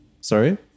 Sorry